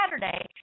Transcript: Saturday